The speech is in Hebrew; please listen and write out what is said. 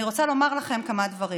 אני רוצה לומר לכם כמה דברים.